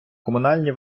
комунальні